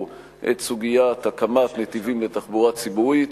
את סוגיית הקמת נתיבים לתחבורה ציבורית,